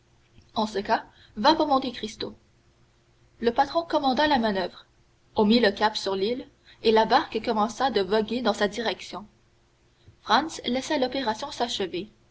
en ce cas va pour monte cristo le patron commanda la manoeuvre on mit le cap sur l'île et la barque commença de voguer dans sa direction franz laissa l'opération